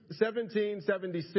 1776